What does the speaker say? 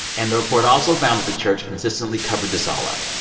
and the report also found that the church consistently covered this all up.